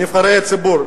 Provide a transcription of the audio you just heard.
נבחרי הציבור,